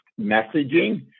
messaging